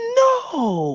no